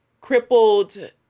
crippled